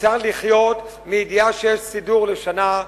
צריך לחיות בידיעה שיש סידור לשנה,